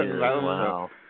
Wow